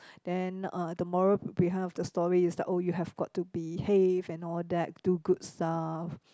then uh the moral behind of the story is like oh you have got to behave and all that do good stuff